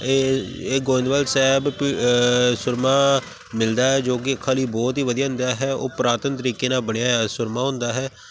ਇਹ ਇਹ ਗੋਇੰਦਵਾਲ ਸਾਹਿਬ ਪ ਸੁਰਮਾ ਮਿਲਦਾ ਜੋ ਕਿ ਅੱਖਾਂ ਲਈ ਬਹੁਤ ਹੀ ਵਧੀਆ ਹੁੰਦਾ ਹੈ ਉਹ ਪੁਰਾਤਨ ਤਰੀਕੇ ਨਾਲ ਬਣਿਆ ਹੋਇਆ ਸੁਰਮਾ ਹੁੰਦਾ ਹੈ